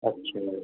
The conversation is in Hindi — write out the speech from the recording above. अच्छा